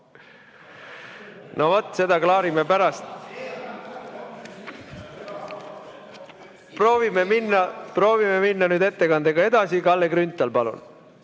No, vaat seda klaarime pärast. Proovime minna ettekandega edasi. Kalle Grünthal, palun!